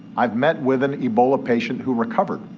i've met with an ebola patient who recovered,